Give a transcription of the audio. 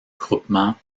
groupement